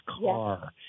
Car